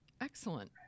Excellent